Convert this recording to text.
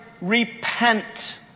repent